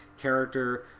character